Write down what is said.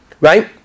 right